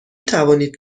توانید